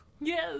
Yes